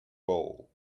bowl